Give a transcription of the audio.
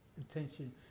attention